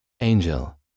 Angel